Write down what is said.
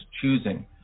choosing